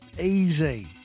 Easy